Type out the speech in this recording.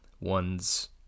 ones